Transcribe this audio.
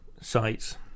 sites